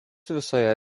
visoje